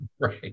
Right